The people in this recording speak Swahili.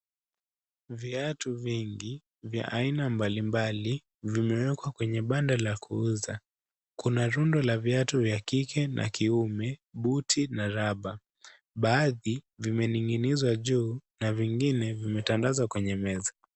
Viatu vingi vya aina mbalimbali vimewekwa kwenye banda la kuuza. Kuna lundo la viatu vya kike na kiume, buti na rubber . Baadhi vimening'inizwa juu na vingine vimetandazwa kwenye meza.